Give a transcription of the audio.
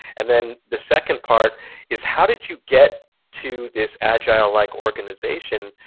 and then the second part is, how did you get to this agile-like organization?